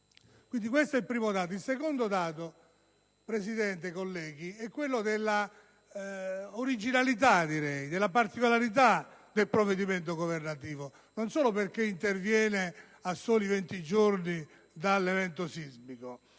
trascorso dal terremoto. Il secondo dato, signor Presidente, colleghi, è quello della originalità, della particolarità del provvedimento governativo, non solo perché interviene a soli venti giorni dall'evento sismico,